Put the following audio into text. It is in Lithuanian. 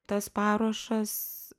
tas paruošas